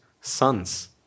sons